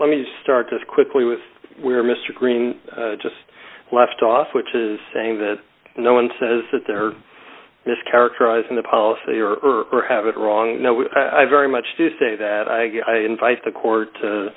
let me start this quickly with where mr green just left off which is saying that no one says that they're mischaracterizing the policy or or have it wrong no i very much to say that i invite the court to